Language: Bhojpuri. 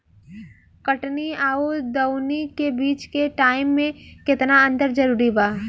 कटनी आउर दऊनी के बीच के टाइम मे केतना अंतर जरूरी बा?